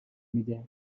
میده